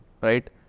right